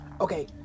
okay